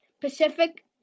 Pacific